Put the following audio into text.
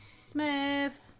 Smith